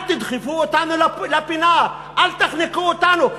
אל תדחפו אותנו לפינה, אל תחנקו אותנו.